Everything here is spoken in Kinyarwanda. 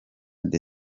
the